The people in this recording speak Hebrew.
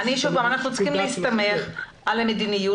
אנחנו צריכים להסתמך על מדיניות